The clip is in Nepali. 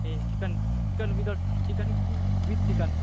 ए chicken chicken without chicken chilli कि विद चिकन